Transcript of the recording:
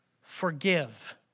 forgive